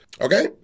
Okay